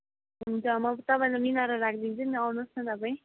हुन्छ म तपाईँलाई मिलाएर राखिदिन्छु नि त आउनुहोस् न तपाईँ